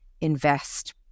invest